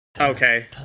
okay